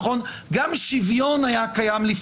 גם שוויון היה קיים לפני,